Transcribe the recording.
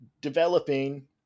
developing